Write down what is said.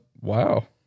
wow